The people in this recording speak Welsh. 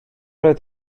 oedd